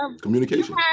communication